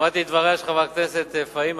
שמעתי את דבריה של חברת הכנסת פאינה.